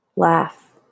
laugh